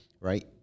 right